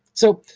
so,